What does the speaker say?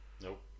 Nope